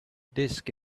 disk